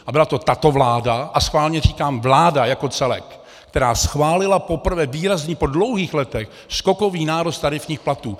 A byla to tato vláda, a schválně říkám vláda jako celek, která schválila poprvé výrazný, po dlouhých letech, skokový nárůst tarifních platů.